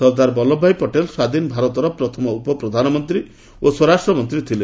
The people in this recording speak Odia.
ସର୍ଦ୍ଧାର ବଲ୍ଲଭ ଭାଇ ପଟେଲ ସ୍ୱାଧୀନ ଭାରତର ପ୍ରଥମ ଉପ ପ୍ରଧାନମନ୍ତ୍ରୀ ଓ ସ୍ୱରାଷ୍ଟ୍ରମନ୍ତ୍ରୀ ଥିଲେ